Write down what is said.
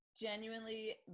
Genuinely